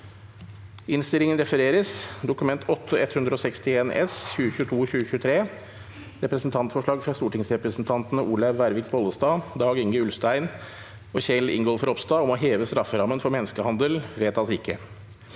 følgende v e d t a k : Dokument 8:161 S (2022–2023) – Representantforslag fra stortingsrepresentantene Olaug Vervik Bollestad, Dag-Inge Ulstein og Kjell Ingolf Ropstad om å heve strafferammen for menneskehandel – vedtas ikke.